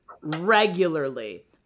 regularly